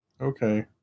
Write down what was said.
Okay